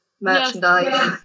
merchandise